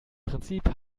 prinzip